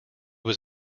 was